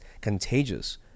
contagious